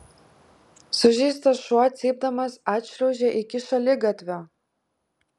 sužeistas šuo cypdamas atšliaužė iki šaligatvio